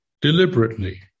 deliberately